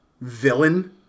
villain